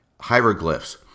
hieroglyphs